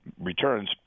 returns